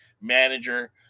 manager